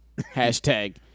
Hashtag